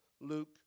Luke